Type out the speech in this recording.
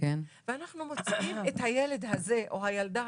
ואנחנו מוציאים את הילד הזה או הילדה